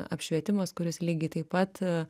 apšvietimas kuris lygiai taip pat